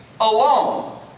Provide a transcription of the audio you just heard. alone